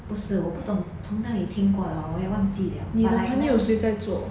不是我不懂从哪里听过的我也忘记 liao but like